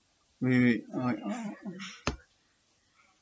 wait wait wait I